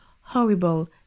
horrible